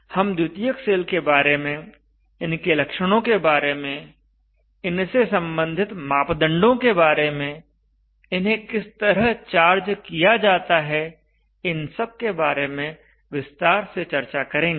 हम द्वितीयक सेल के बारे में इनके लक्षणों के बारे में इनसे संबंधित मापदंडों के बारे में इन्हें किस तरह चार्ज किया जाता है इन सब के बारे में विस्तार से चर्चा करेंगे